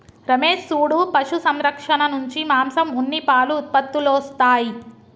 రమేష్ సూడు పశు సంరక్షణ నుంచి మాంసం ఉన్ని పాలు ఉత్పత్తులొస్తాయి